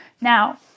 Now